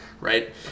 right